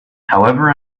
however